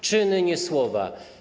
Czyny, nie słowa.